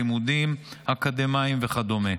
לימודים אקדמיים וכדומה.